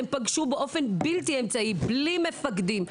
הם פגשו באופן בלתי אמצעי, בלי מפקדים.